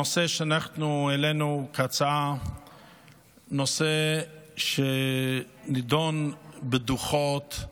הנושא שאנחנו העלינו כהצעה הוא נושא שנדון בדוחות,